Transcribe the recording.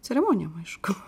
ceremonijom aišku